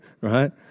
Right